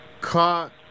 caught